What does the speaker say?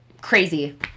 crazy